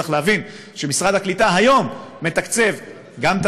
צריך להבין שמשרד הקליטה מתקצב היום גם את